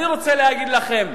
אני רוצה להגיד לכם,